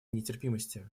нетерпимости